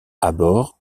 abord